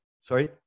Sorry